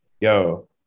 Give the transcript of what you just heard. Yo